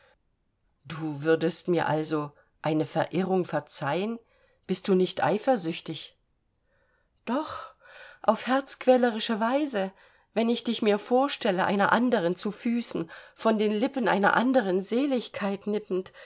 du würdest mir also eine verirrung verzeihen bist du nicht eifersüchtig doch auf herzquälerische weise wenn ich dich mir vorstelle einer anderen zu füßen von den lippen einer anderen seligkeit nippend